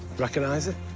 recognize it?